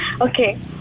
okay